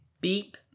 Beep